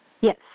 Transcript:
Yes